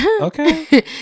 okay